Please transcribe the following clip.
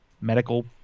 medical